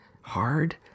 hard